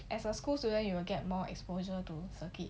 as a school student you will get more exposure to circuit